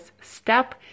step